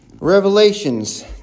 Revelations